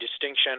distinction